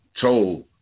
told